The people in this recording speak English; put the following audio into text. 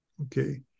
Okay